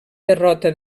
derrota